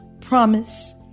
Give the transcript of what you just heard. promise